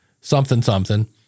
something-something